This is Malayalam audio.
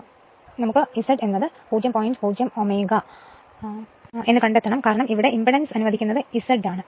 05 Ω കാരണം ഇവിടെ ഇംപെഡൻസ് Z ആണ്